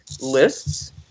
lists